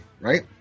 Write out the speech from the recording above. right